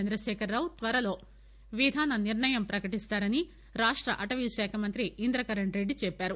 చంద్రశేఖర్ రావు త్వరలో విధాన నిర్ణయం ప్రకటిస్తారని రాష్ట అటవీశాఖ మంత్రి ఇంద్రకరణ్ రెడ్డి చెప్పారు